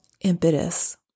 impetus